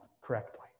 correctly